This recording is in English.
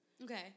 Okay